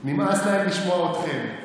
נמאס להם לשמוע אתכם.